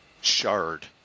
shard